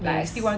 yes